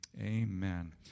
Amen